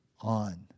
on